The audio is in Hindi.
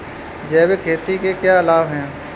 जैविक खेती के क्या लाभ हैं?